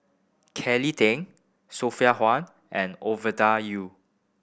Kelly Tang Sophia Hull and Ovida Yu